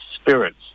spirits